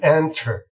enter